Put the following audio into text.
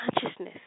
consciousness